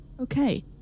Okay